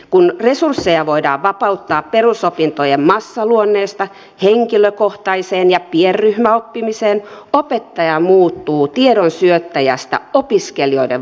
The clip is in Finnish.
kun resursseja voidaan vapauttaa perusopintojen massaluennoista henkilökohtaiseen ja pienryhmäoppimiseen opettaja muuttuu tiedon syöttäjästä opiskelijoiden valmentajaksi